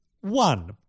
One